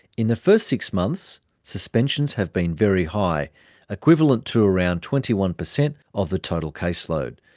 in the first six months suspensions have been very high equivalent to around twenty one percent of the total caseload.